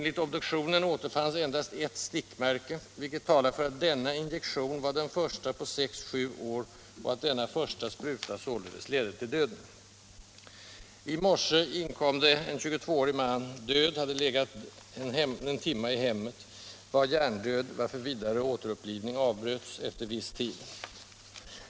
Vid obduktionen återfanns endast ett stickmärke, vilket talar för att denna injektion var den första på sex, sju år och att denna första spruta således ledde till döden.